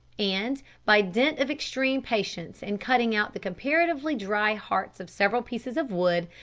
and by dint of extreme patience and cutting out the comparatively dry hearts of several pieces of wood,